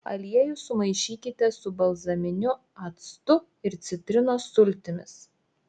aliejų sumaišykite su balzaminiu actu ir citrinos sultimis